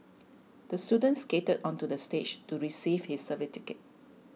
the student skated onto the stage to receive his certificate